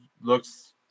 looks